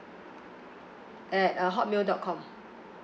at uh hotmail dot com